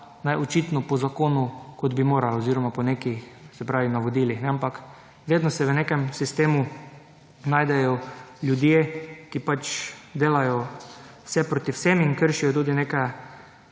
dela očitno po zakonu kot bi morala oziroma po nekih, se pravi, navodilih. Ampak vedno se v nekem sistemu najdejo ljudje, ki delajo vse proti vsem in kršijo tudi neke